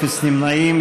אפס נמנעים.